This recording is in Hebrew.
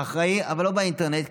אבל לא באינטרנט,